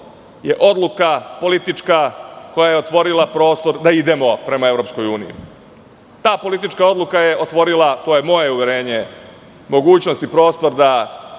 je politička odluka koja je otvorila prostor da idemo prema EU.Ta politička odluka je otvorila, to je moje uverenje, mogućnost i prostor da Srbi